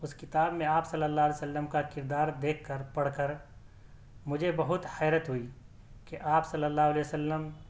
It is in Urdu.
اس کتاب میں آپ صلی اللہ علیہ وسلم کا کردار دیکھ کر پڑھ کر مجھے بہت حیرت ہوئی کہ آپ صلی اللہ علیہ وسلم